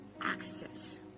access